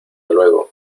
luego